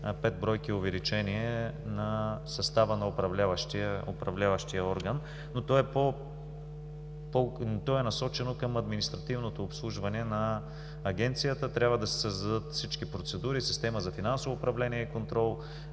5 бройки увеличение на състава на управляващия орган, но то е насочено към административното обслужване на Агенцията. Трябва да се създадат всички процедури – система за финансово управление и контрол,